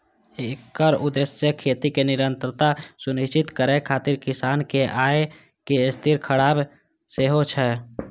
एकर उद्देश्य खेती मे निरंतरता सुनिश्चित करै खातिर किसानक आय कें स्थिर राखब सेहो छै